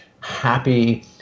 happy